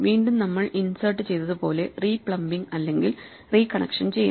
വീണ്ടും നമ്മൾ ഇൻസെർട്ട് ചെയ്തത് പോലെ റീ പ്ലംബിംഗ് അല്ലെങ്കിൽ റീ കണക്ഷൻ ചെയ്യും